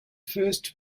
first